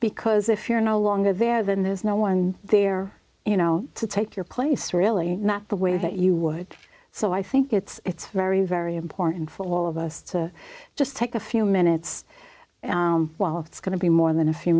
because if you're no longer there then there's no one there you know to take your place really not the way that you would so i think it's very very important for all of us to just take a few minutes while it's going to be more than a few